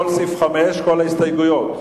כל ההסתייגות לסעיף 5,